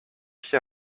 qui